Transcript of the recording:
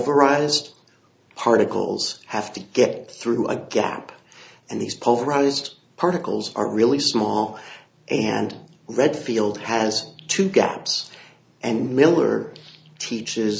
variety of particles have to get through a gap and these pulverized particles are really small and redfield has to gaps and miller teaches